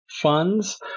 funds